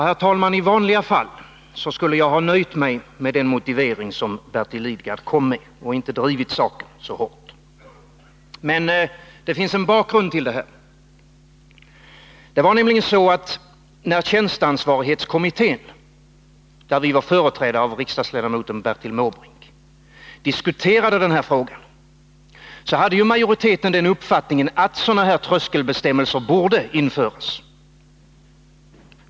Herr talman! I vanliga fall skulle jag ha nöjt mig med den motivering som Tisdagen den Bertil Lidgard kom med och inte drivit saken så hårt. Men det finns en 15 december 1981 bakgrund till detta. Det var nämligen så, att när tjänsteansvarighetskommittén, där vi var företrädda av riksdagsledamoten Bertil Måbrink, diskuterade frågan, hade majoriteten den uppfattningen att sådana här tröskelbestämmelser borde införas.